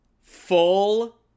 full